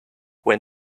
when